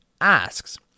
asks